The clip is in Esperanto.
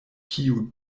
kiu